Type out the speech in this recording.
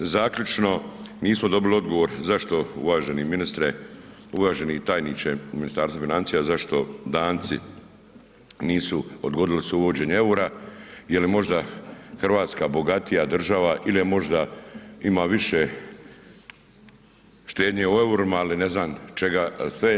Zaključno, nismo dobili odgovor zašto uvaženi ministre, uvaženi tajniče u Ministarstvu financija, zašto Danci nisu, odgodili su uvođenje eura, je li možda Hrvatska bogatija država ili možda ima više štednje u eurima ili ne znam čega sve.